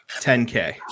10K